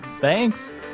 Thanks